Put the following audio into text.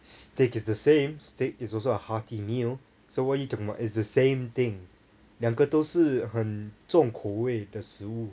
steak is the same steak is also a hearty meal so what you talking about it's the same thing 两个都是很重口味的食物